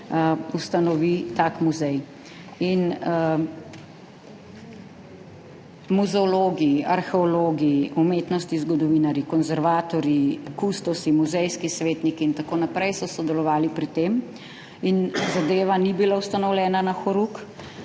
ustanovi tak muzej. Muzeologi, arheologi, umetnostni zgodovinarji, konservatorji, kustosi, muzejski svetniki in tako naprej so sodelovali pri tem in zadeva ni bila ustanovljena na horuk.